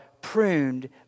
pruned